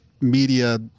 media